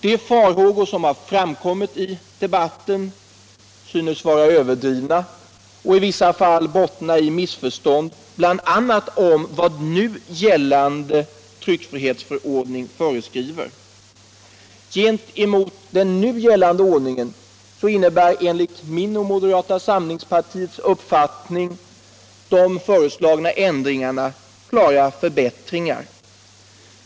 De farhågor som har framkommit i debatten synes vara överdrivna och i vissa fall bottna i missförstånd bl.a. beträffande vad nu gällande tryckfrihetsförordning föreskriver. Gentemot denna betyder enligt min och moderata samlingspartiets uppfattning de föreslagna ändringarna klara förbättringar.